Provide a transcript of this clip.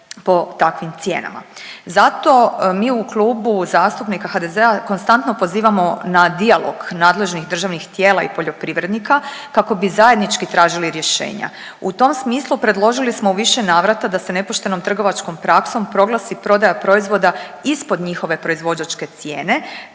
Zato mi u Klubu zastupnika HDZ-a konstantno pozivamo na dijalog nadležnih državnih tijela i poljoprivrednika kako bi zajednički tražili rješenja. U tom smislu predložili smo u više navrata da se nepoštenom trgovačkom praksom proglasi prodaja proizvoda ispod njihove proizvođače cijene